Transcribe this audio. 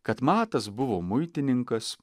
kad matas buvo muitininkas